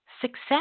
success